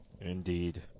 Indeed